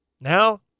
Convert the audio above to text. Now